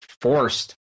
forced